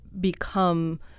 become